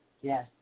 Yes